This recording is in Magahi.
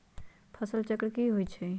फसल चक्र की होइ छई?